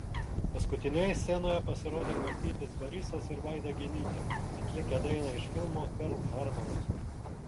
paskutinieji scenoje pasirodė kastytis barisas ir vaida genytė atlikę dainą iš filmo perl harboras